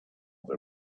they